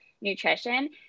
nutrition